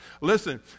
Listen